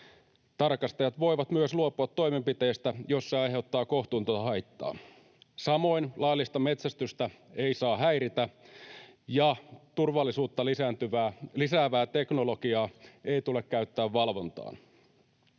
Tarkastajat voivat myös luopua toimenpiteistä, jos ne aiheuttavat kohtuutonta haittaa. Samoin laillista metsästystä ei saa häiritä ja turvallisuutta lisäävää teknologiaa ei tule käyttää valvontaan.